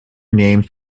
named